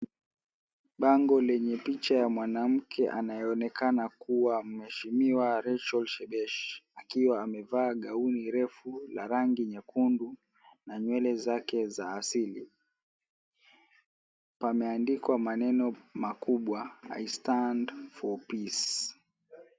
Bango lenye picha ya mwanamke anayeonekana kuwa mheshimiwa Rachel Shebesh, akiwa amevaa gauni refu la rangi nyekundu na nywele zake za asili. Pameandikwa maneno makubwa, "I stand for peace".